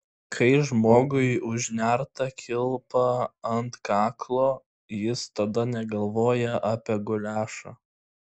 kai žmogui užnerta kilpa ant kaklo jis tada negalvoja apie guliašą